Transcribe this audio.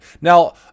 now